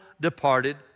departed